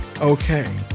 Okay